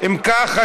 אם כך,